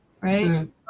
right